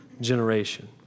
generation